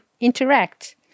interact